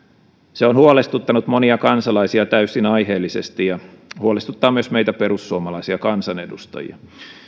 on huolestuttanut monia kansalaisia täysin aiheellisesti ja huolestuttaa myös meitä perussuomalaisia kansanedustajia